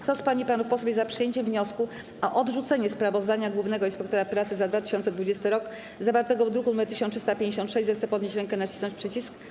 Kto z pań i panów posłów jest za przyjęciem wniosku o odrzucenie sprawozdania głównego inspektora pracy za 2020 r. zawartego w druku nr 1356, zechce podnieść rękę i nacisnąć przycisk.